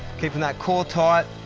keeping that core tight,